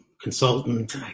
consultant